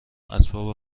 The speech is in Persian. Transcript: اسباب